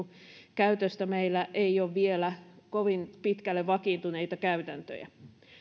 käytöstä meillä ei ole vielä kovin pitkälle vakiintuneita käytäntöjä